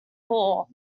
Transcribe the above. poor